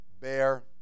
bear